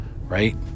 right